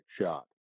shot